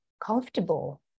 comfortable